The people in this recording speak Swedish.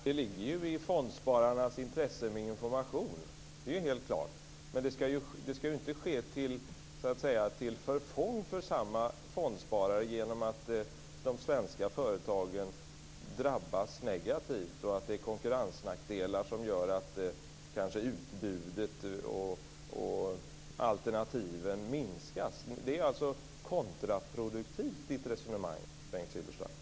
Fru talman! Det ligger i fondspararnas intresse att få information. Det är helt klart, men det skall inte ske till förfång för samma fondsparare genom att de svenska företagen drabbas negativt och att det är konkurrensnackdelar som gör att kanske utbudet och alternativen minskar. Bengt Silfverstrands resonemang är kontraproduktivt.